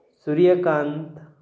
Suryakant